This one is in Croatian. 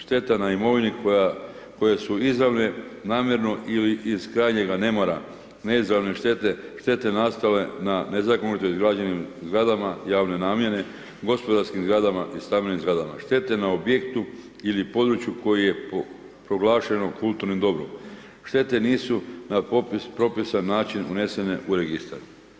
Šteta na imovini koje su izravne namjerno ili iz krajnjega nemara, neizravne štete, štete nastale na nezakonito izgrađenim zgradama javnoj namjeni, gospodarskim zgradama i stambenim zgradama, štete na objektu ili području koje je proglašeno kulturnim dobrom, štete nisu na popis propisan način unesene u registar.